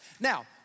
Now